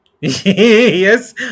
Yes